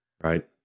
right